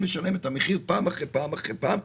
לשלם את המחיר פעם אחרי פעם אחרי פעם,